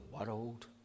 world